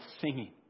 singing